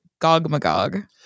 Gogmagog